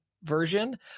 version